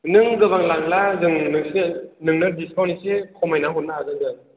नों गोबां लांब्ला जों नोंसोरनो नोंनो दिसकाउन्ट एसे खमायना हरनो हागोन जों